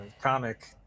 comic